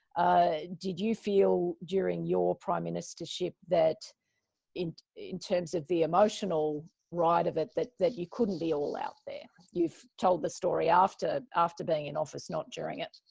ah did you feel, during your prime ministership, that in terms of the emotional ride of it, that that you couldn't be all out there? you've told the story after after being in office, not during it.